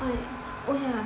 !aiya!